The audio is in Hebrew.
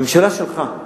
הממשלה שלך,